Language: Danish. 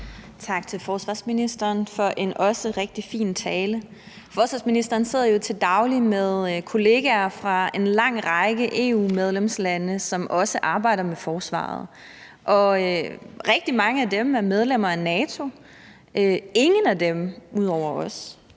Tak til forsvarsministeren for en også rigtig fin tale. Forsvarsministeren sidder jo til daglig med kollegaer fra en lang række EU-medlemslande, som også arbejder med forsvaret, og rigtig mange af dem er medlemmer af NATO, ingen af dem ud over os